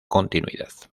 continuidad